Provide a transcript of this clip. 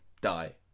die